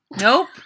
Nope